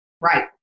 Right